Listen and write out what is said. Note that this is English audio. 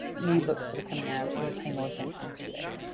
new books that are coming out will pay more attention to it.